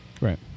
Right